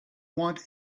want